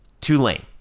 Tulane